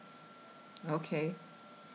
okay